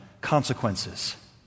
consequences